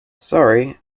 sorry